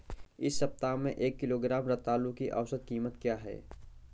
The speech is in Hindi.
इस सप्ताह में एक किलोग्राम रतालू की औसत कीमत क्या है?